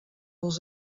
els